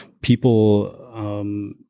people—